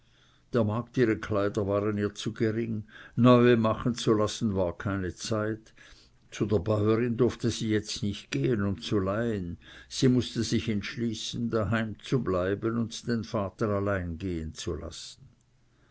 der magd ihre kleider waren ihr zu gering neue machen zu lassen war keine zeit zu der bäuerin durfte sie jetzt nicht gehen um zu leihen sie mußte sich entschließen daheim zu bleiben und den vater allein gehen zu lassen